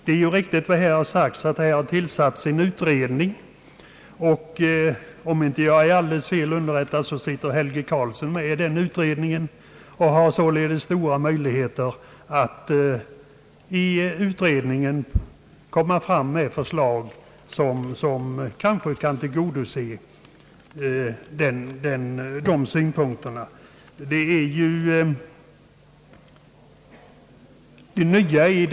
Det är ju riktigt som det här har sagts att en utredning har tillsatts, och om jag inte är alldeles felaktigt underrättad sitter herr Helge Karlsson med i den utredningen. Han har således stora möjligheter att i utredningen lägga fram förslag som kanske kan tillgodose de synpunkter som han har hävdat här.